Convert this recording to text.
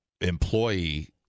employee